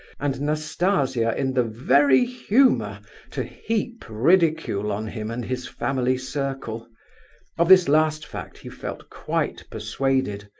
and nastasia in the very humour to heap ridicule on him and his family circle of this last fact, he felt quite persuaded.